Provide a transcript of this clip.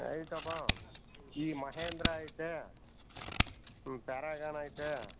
ಐತಪ್ಪ ಈ ಮಹೇಂದ್ರ ಐತೆ ಹ್ಞೂ ಪ್ಯಾರಗಾನ್ ಐತೆ